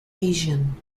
asian